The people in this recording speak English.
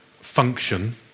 function